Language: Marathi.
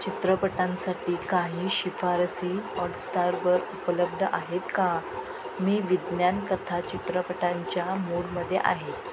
चित्रपटांसाठी काही शिफारसी हॉटस्टारवर उपलब्ध आहेत का मी विज्ञान कथा चित्रपटांच्या मूडमध्ये आहे